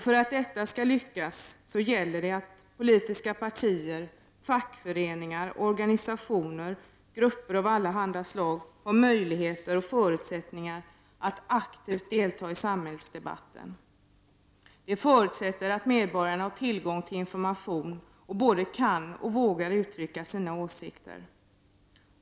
För att detta skall lyckas gäller det att politiska partier, fackföreningar, organisationer och grupper av allehanda slag har möjligheter och förutsättningar att aktivt delta i samhällsdebatten. Det förutsätter att medborgarna har tillgång till information och både kan och vågar uttrycka sina åsikter.